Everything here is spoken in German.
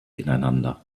ineinander